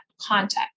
context